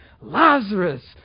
Lazarus